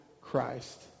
Christ